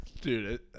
Dude